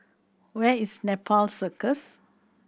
where is Nepal Circus